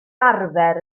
arfer